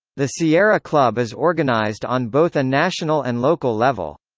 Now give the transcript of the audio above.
the sierra club is organized on both a national and local level.